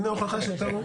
הנה ההוכחה שיש.